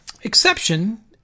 exception